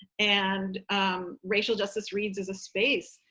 and racial justice reads is a space,